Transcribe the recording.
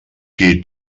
qui